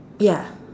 ya